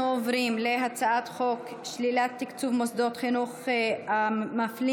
הצעת חוק שלילת תקצוב מוסדות חינוך המפלים